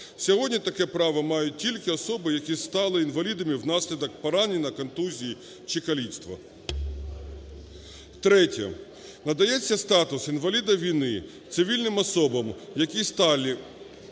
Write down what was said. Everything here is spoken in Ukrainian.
Сьогодні таке право мають тільки особи, які стали інвалідами внаслідок поранення, контузії чи каліцтва. Третє. Надається статус інваліда війни цивільним особам, які стали